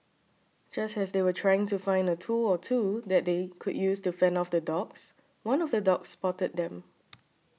just as they were trying to find a tool or two that they could use to fend off the dogs one of the dogs spotted them